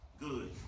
Good